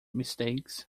mistakes